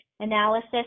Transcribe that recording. Analysis